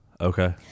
okay